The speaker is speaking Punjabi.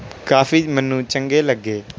ਕਾਫੀ ਮੈਨੂੰ ਚੰਗੇ ਲੱਗੇ